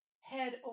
head